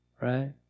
Right